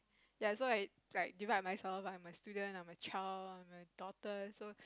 yea so its like divide myself I am a student I am a child I am a daughter so